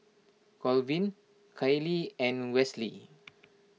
Colvin Kyleigh and Wesley